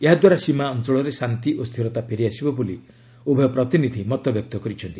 ଏହାଦ୍ୱାରା ସୀମା ଅଞ୍ଚଳରେ ଶାନ୍ତି ଓ ସ୍ଥିରତା ଫେରି ଆସିବ ବୋଲି ଉଭୟ ପ୍ରତିନିଧି ମତବ୍ୟକ୍ତ କରିଛନ୍ତି